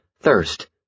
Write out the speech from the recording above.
thirst